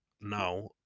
now